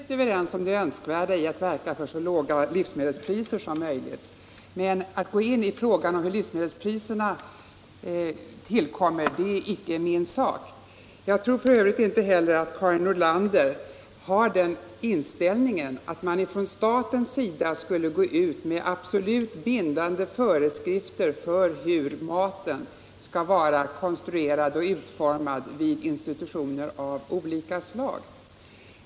Herr talman! Vi kan vara helt överens om det önskvärda i att verka för så låga livsmedelspriser som möjligt, men att gå in i frågan om hur livsmedelspriserna tillkommer är icke min sak. Jag tror f. ö. inte heller att Karin Nordlander har den inställningen att staten skall ge ut absolut bindande föreskrifter för hur mathållningen skall vara utformad vid institutioner av olika slag.